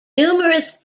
numerous